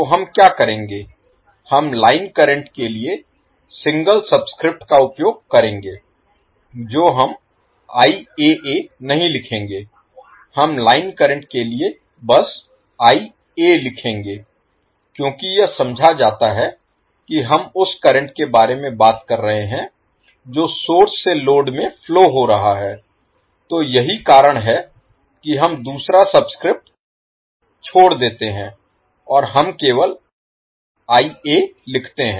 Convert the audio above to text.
तो हम क्या करेंगे हम लाइन करंट के लिए सिंगल सबस्क्रिप्ट का उपयोग करेंगे जो हम नहीं लिखेंगे हम लाइन करंट के लिए बस लिखेंगे क्योंकि यह समझा जाता है कि हम उस करंट के बारे में बात कर रहे हैं जो सोर्स से लोड में फ्लो हो रहा है तो यही कारण है कि हम दूसरा सबस्क्रिप्ट छोड़ देते हैं और हम केवल लिखते हैं